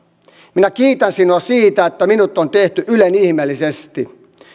minä kiitän sinua siitä että minut on tehty ylen ihmeellisesti